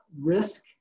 risk